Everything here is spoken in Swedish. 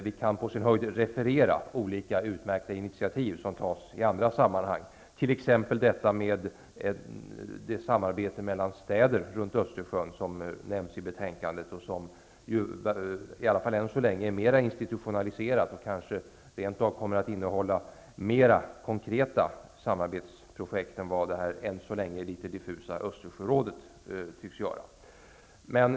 På sin höjd kan vi referera olika utmärkta initiativ som tas i andra sammanhang, t.ex. det samarbete mellan städer runt Östersjön som omnämns i betänkandet och som än så länge är mer institutionaliserat, men som kanske kommer att innehålla mer konkreta samarbetsprojekt än vad det något diffusa Östersjörådet tycks göra.